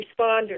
responders